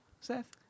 Seth